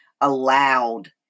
allowed